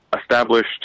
established